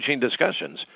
discussions